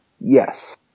Yes